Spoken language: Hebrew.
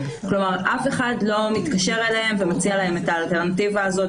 אף אחד לא מתקשר אליהם ומציע להם את האלטרנטיבה הזו.